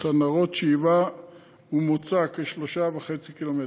צנרות שאיבה ומוצא, כ-3.5 ק"מ.